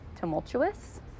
tumultuous